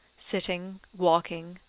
sitting, walking,